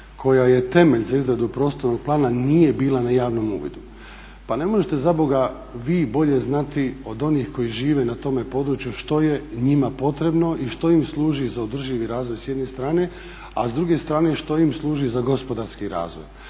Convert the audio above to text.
koja je temelj za izradu prostornog plana nije bila na javnom uvidu. Pa ne možete zaboga vi bolje znati od onih koji žive na tome području što je njima potrebno i što im služi za održivi razvoj s jedne strane, a s druge strane što im služi za gospodarski razvoj.